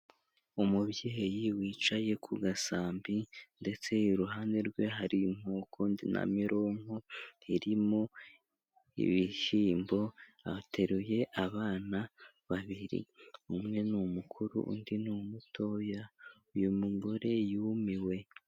Umubyeyi wicaye ku gasambi ndetse iruhande rwe hari inkoko na mironko irimo ibishyiyimbo ateruye abana babiri umwe ni mukuru undi ni mutoya uyu mugore yumiwe.